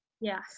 Yes